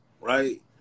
right